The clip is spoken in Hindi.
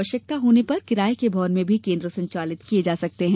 आवश्यकता होने पर किराए के भवन में भी केन्द्र संचालित किए जा सकते है